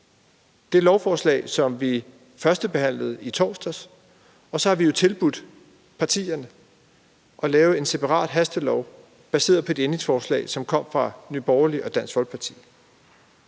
det lovforslag, som vi førstebehandlede i torsdags, og så har vi tilbudt partierne at lave en separat hastelov baseret på et ændringsforslag, som kom fra Nye Borgerlige og Dansk Folkeparti.